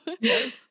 yes